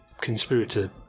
conspirator